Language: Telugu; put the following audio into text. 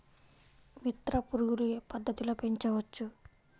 మిత్ర పురుగులు ఏ పద్దతిలో పెంచవచ్చు?